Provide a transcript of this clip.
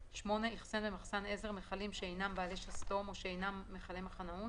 איחסן במחסן עזר מכלים שאינם בעלי שסתום או5,000 שאינם מכלי מחנאות,